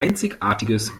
einzigartiges